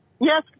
Yes